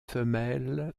femelles